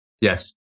Yes